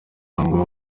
ngo